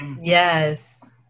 Yes